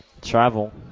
Travel